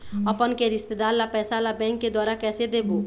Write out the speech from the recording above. अपन के रिश्तेदार ला पैसा ला बैंक के द्वारा कैसे देबो?